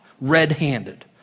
red-handed